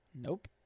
Nope